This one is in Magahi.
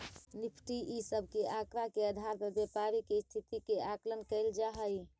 निफ़्टी इ सब के आकड़ा के आधार पर व्यापारी के स्थिति के आकलन कैइल जा हई